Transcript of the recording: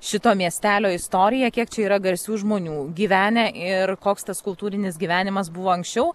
šito miestelio istoriją kiek čia yra garsių žmonių gyvenę ir koks tas kultūrinis gyvenimas buvo anksčiau